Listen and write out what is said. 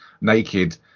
naked